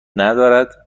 ندارد